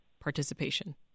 participation